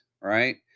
right